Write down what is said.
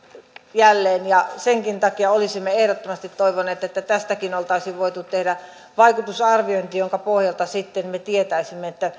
jälleen senkin takia olisimme ehdottomasti toivoneet että tästäkin oltaisiin voitu tehdä vaikutusarviointi jonka pohjalta me sitten tietäisimme